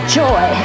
joy